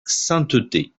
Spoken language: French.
sainteté